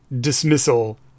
dismissal